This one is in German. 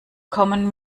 kommen